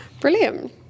brilliant